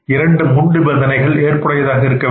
இரண்டு முன்நிபந்தனைகள் ஏற்புடையதாக இருக்கவேண்டும்